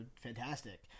fantastic